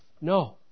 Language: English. No